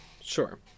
Sure